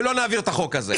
ולא נעביר את החוק הזה.